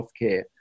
healthcare